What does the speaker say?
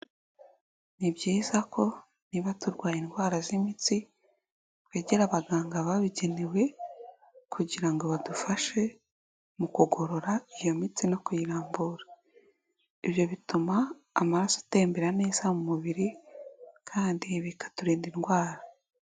Ni byiza ko niba turwaye indwara z'imitsi, twegera abaganga babigenewe kugira ngo badufashe mu kugorora iyo mitsi no kuyirambura. Ibyo bituma amaraso atembera neza mu mubiri kandi bikaturinda indwara.